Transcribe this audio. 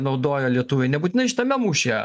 naudoję lietuviai nebūtinai šitame mūšyje